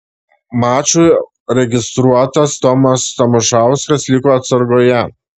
mačui registruotas tomas tamošauskas liko atsargoje